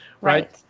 right